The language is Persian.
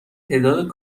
تعداد